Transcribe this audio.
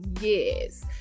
years